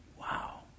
Wow